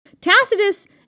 Tacitus